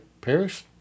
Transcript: Paris